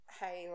hey